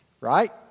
right